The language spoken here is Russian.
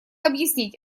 объяснить